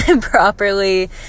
properly